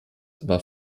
war